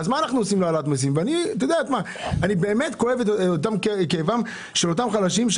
אני באמת כואב את כאבם של אותם חלשים,